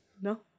no